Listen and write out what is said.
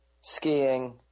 skiing